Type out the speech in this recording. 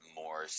more